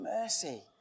mercy